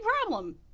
problem